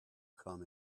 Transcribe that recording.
come